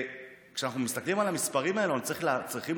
כשמסתכלים על המספרים האלה אנחנו צריכים